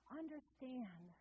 understand